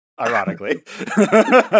Ironically